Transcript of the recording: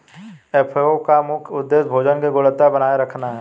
FAO का मुख्य उदेश्य भोजन की गुणवत्ता बनाए रखना है